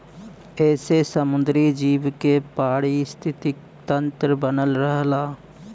एसे समुंदरी जीव के पारिस्थितिकी तन्त्र बनल रहला